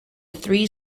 three